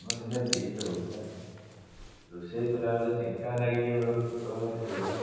ଆମର ଦିନେ ଫିଷ୍ଟ ହେଉଥିଲା ରୋଷେଇ କଲାବେଳେ ଚେଙ୍କା ଲାଗିକି ମୋର ଫୋଟକା ଗୋଟେ ହୋଇଗଲା